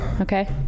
Okay